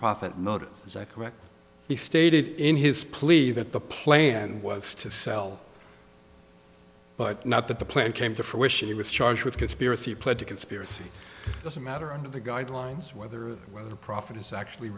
profit motive is that correct he stated in his plea that the plan was to sell but not that the plan came to fruition he was charged with conspiracy pled to conspiracy doesn't matter under the guidelines whether the profit is actually